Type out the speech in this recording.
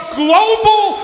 global